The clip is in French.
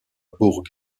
bourg